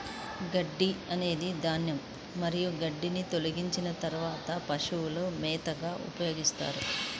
గడ్డి అనేది ధాన్యం మరియు గడ్డిని తొలగించిన తర్వాత పశువుల మేతగా ఉపయోగిస్తారు